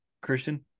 Christian